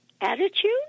attitude